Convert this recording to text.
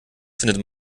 findet